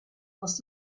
must